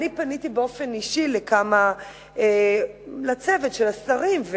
פניתי באופן אישי לצוות של השרים,